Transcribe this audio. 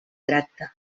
tracte